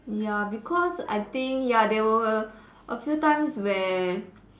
ya because I think ya there were a a few times where